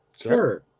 Sure